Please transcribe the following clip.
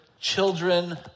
children